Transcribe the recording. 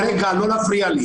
רגע, לא להפריע לי.